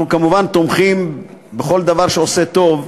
כמובן, אנחנו תומכים בכל דבר שעושה טוב,